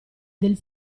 del